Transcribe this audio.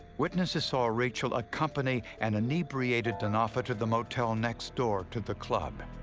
witnesses saw rachel accompany an inebriated denofa to the motel next door to the club.